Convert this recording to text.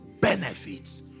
benefits